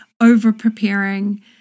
over-preparing